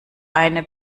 eine